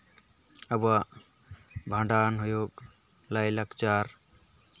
ᱟᱵᱚᱣᱟᱜ ᱵᱷᱟᱸᱰᱟᱱ ᱦᱩᱭᱩᱜ ᱞᱟᱹᱭᱼᱞᱟᱠᱪᱟᱨ